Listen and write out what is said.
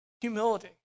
humility